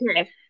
Okay